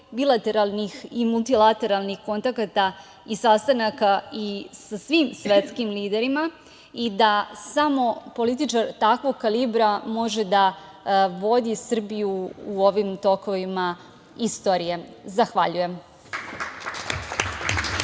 bilateralnih i multilateralnih kontakata i sastanaka sa svim svetskim liderima i da samo političar takvog kalibra može da vodi Srbiju u ovim tokovima istorije. Zahvaljujem.